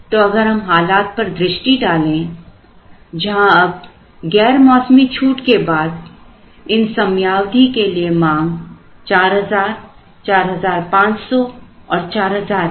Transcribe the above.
तो अगर हम हालात पर दृष्टि डालें जहां अब गैर मौसमी छूट के बाद इन समयावधि के लिए मांग 4000 4500 और 4000 है